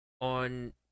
on